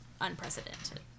unprecedented